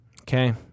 okay